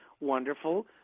wonderful